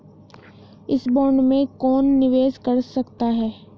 इस बॉन्ड में कौन निवेश कर सकता है?